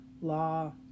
law